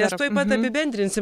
mes tuoj pat apibendrinsim